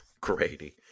Grady